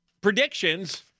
predictions